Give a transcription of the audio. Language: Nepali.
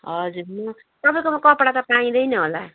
हजुर तपाईँकोमा कपडा त पाइँदैन होला